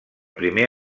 primer